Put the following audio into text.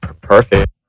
perfect